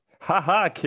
haha